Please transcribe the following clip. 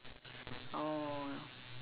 oh